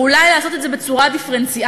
או אולי לעשות את זה בצורה דיפרנציאלית